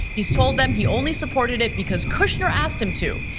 he's told them he only supported it because kushner asked him to.